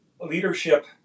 leadership